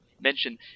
mention